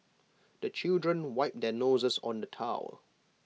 the children wipe their noses on the towel